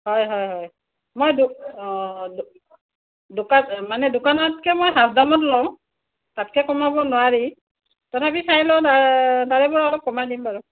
হয় হয় হয় মই দো অঁ দোকান মানে দোকানতকৈ মই হাজাৰমান লওঁ তাতকৈ কমাব নোৱাৰি তথাপি চাই লওঁ তাৰে মই অলপ কমাই দিম বাৰু